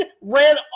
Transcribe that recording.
ran